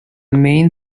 main